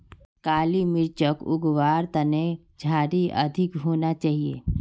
काली मिर्चक उग वार तने झड़ी अधिक होना चाहिए